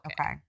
okay